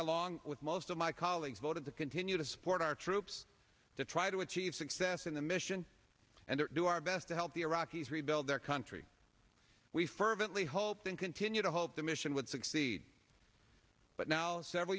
along with most of my colleagues voted to continue to support our troops to try to achieve success in the mission and do our best to help the iraqis rebuild their country we fervently hope and continue to hold the mission would succeed but now several